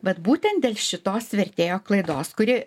vat būtent dėl šitos vertėjo klaidos kuri